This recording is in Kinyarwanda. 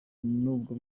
nubwo